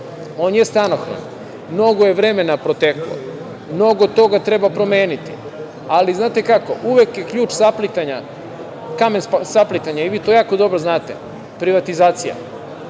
On jeste anohron, mnogo je vremena proteklo, mnogo toga treba promeniti, ali znate kako uvek je kamen saplitanja, vi to jako dobro znate, privatizacija.